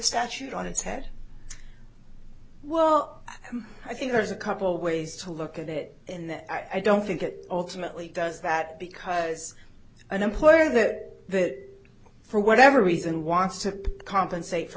statute on its head well i think there's a couple ways to look at it and i don't think it alternately does that because an employer that for whatever reason wants to compensate for